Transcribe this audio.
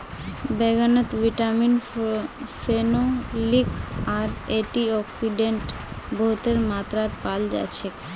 बैंगनत vitamin, phenolics आर antioxidant बहुतेर मात्रात पाल जा छेक